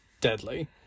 deadly